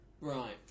Right